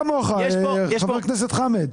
סליחה, אני לא בקיא כמוך, חבר הכנסת חמד.